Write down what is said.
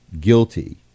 guilty